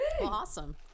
Awesome